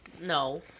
No